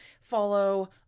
follow